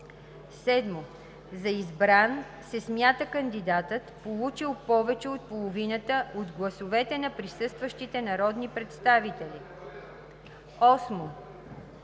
7. За избран се смята кандидатът, получил повече от половината от гласовете на присъстващите народни представители. 8.